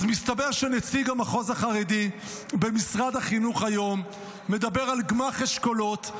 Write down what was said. אז מסתבר שנציג המחוז החרדי במשרד החינוך היום מדבר על גמ"ח אשכולות,